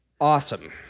Awesome